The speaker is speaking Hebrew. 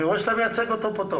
אני רואה שאתה מייצג אותו פה טוב.